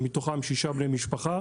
מתוכם שישה בני משפחה,